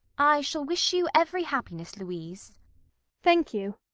i shall wish you every happiness, louise thank you.